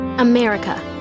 America